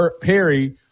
Perry